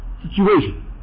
situation